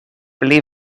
pli